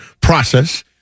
process